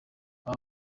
aba